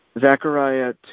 Zechariah